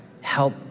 help